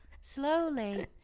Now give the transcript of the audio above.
slowly